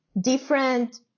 different